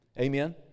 Amen